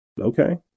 Okay